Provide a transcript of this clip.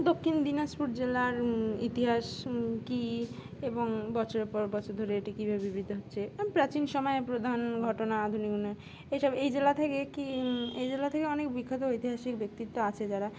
দক্ষিণ দিনাজপুর জেলার ইতিহাস কী এবং বছরের পর বছর ধরে এটি কীভাবে বিবৃত হচ্ছে প্রাচীন সময়ে প্রধান ঘটনা আধুনিক উন্নয়ন এইসব এই জেলা থেকে কী এই জেলা থেকে অনেক বিখ্যাত ঐতিহাসিক ব্যক্তিত্ব আছে যারা